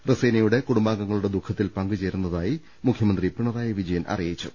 റസീനയുടെ കുടും ബാംഗങ്ങളുടെ ദുഃഖത്തിൽ പങ്കുചേരുന്നതായി മുഖ്യമന്ത്രി പിണറായി വിജ യൻ അറിയിച്ചു